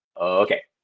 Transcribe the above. okay